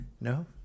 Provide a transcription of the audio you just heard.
No